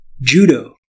judo